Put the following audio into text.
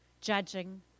judging